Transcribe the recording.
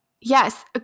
yes